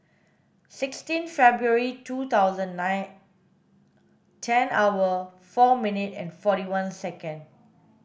sixteen February two thousand nine ten hour four minute and forty one second